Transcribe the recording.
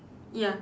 ya